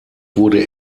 wurde